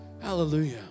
Hallelujah